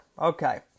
Okay